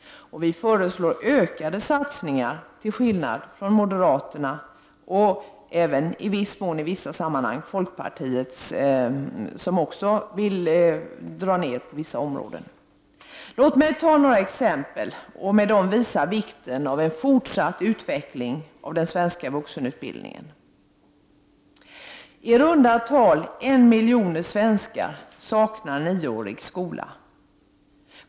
Vi föreslår ökade satsningar, till skillnad från moderaterna och även i viss mån folkpartiet. Låt mig med några exempel visa vikten av en fortsatt utveckling av den svenska vuxenutbildningen. I runda tal en miljon svenskar saknar nioårig skola.